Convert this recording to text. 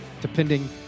depending